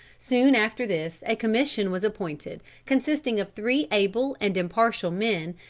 soon after this a commission was appointed, consisting of three able and impartial men,